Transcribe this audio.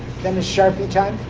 then it's sharpie time.